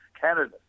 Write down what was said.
Canada